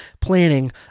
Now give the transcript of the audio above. planning